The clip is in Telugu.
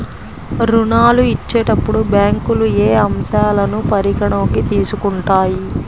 ఋణాలు ఇచ్చేటప్పుడు బ్యాంకులు ఏ అంశాలను పరిగణలోకి తీసుకుంటాయి?